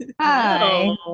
Hi